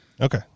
Okay